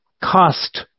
cost